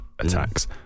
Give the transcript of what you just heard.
attacks